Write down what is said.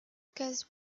because